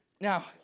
Now